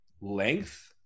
length